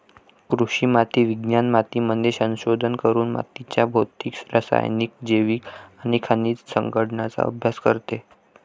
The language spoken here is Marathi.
कृषी माती विज्ञान मातीमध्ये संशोधन करून मातीच्या भौतिक, रासायनिक, जैविक आणि खनिज संघटनाचा अभ्यास करते